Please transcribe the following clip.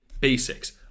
basics